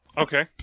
Okay